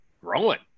growing